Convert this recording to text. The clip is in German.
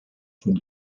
von